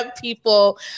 people